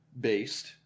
based